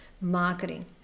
marketing